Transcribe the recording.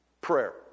prayer